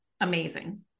amazing